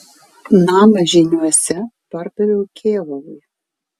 namą žyniuose pardaviau kėvalui